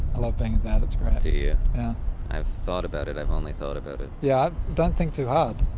i love being a dad. it's great. do you? yeah i've thought about it. i've only thought about it yeah? don't think too hard.